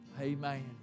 Amen